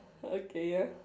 okay ya